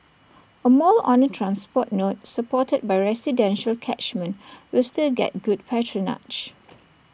A mall on A transport node supported by residential catchment will still get good patronage